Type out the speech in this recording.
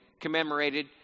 commemorated